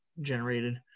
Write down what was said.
generated